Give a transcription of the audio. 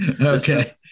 Okay